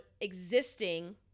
existing